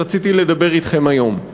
רציתי לדבר אתכם היום.